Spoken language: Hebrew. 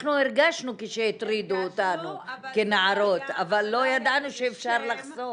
אנחנו הרגשנו כשהטרידו אותנו כנערות אבל לא ידענו שאפשר לחשוף.